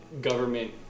government